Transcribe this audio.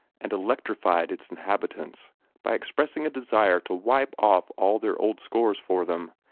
and electrified its inhabitants by expressing a desire to wipe off all their old scores for them,